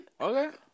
Okay